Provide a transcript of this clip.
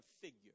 figure